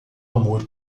amor